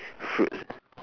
fruit